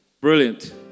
Brilliant